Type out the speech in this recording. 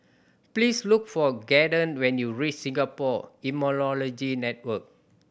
please look for Caden when you reach Singapore Immunology Network